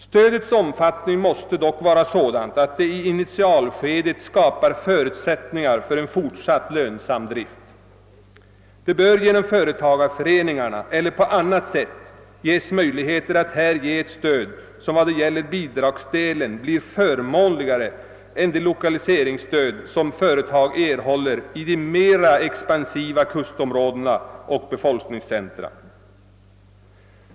Stödets omfattning måste dock vara sådan att det i initialskedet skapas förutsättningar för en fortsatt lönsam drift. Genom företagarföreningarna eller på annat sätt bör man ge ett stöd som beträffande bidragsdelen blir mera förmånligt än det lokaliseringsstöd som företag erhåller i mera expansiva kustområden och = befolkningscentra.